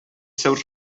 seus